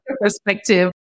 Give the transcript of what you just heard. perspective